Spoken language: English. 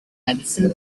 medicine